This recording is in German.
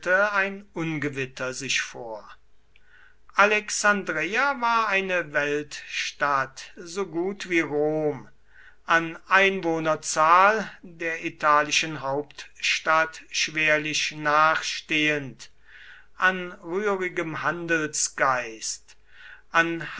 ein ungewitter sich vor alexandreia war eine weltstadt so gut wie rom an einwohnerzahl der italischen hauptstadt schwerlich nachstehend an rührigem handelsgeist an